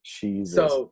Jesus